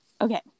Okay